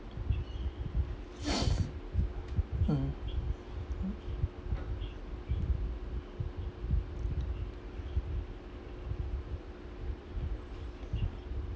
mm